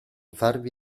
farvi